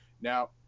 now